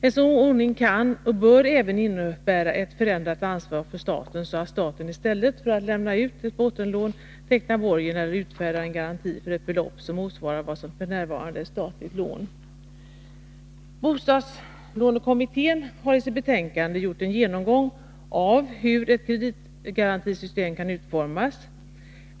En sådan ordning kan och bör även innebära ett förändrat ansvar för staten, så att staten i stället för att lämna ut ett bostadslån tecknar borgen eller utfärdar en garanti för ett belopp som motsvarar vad som f. n. är ett statligt lån. Bostadslånekommittén har i sitt betänkande gjort en genomgång av hur ett Nr 124 kreditgarantisystem kan utformas.